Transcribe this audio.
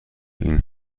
این